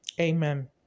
Amen